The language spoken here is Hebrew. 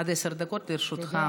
עד עשר דקות לרשותך.